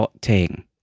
Ting